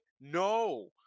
no